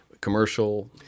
commercial